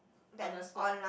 on the spot